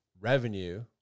revenue